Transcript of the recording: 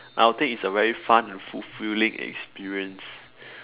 I'll think is a very fun and fulfilling experience